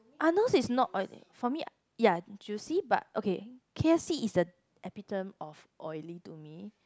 Arnold's is not oily for me ya juicy but okay k_f_c is the epitome of oily to me